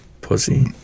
pussy